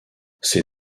ces